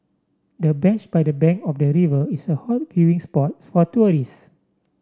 the bench by the bank of the river is a hot viewing spot for tourists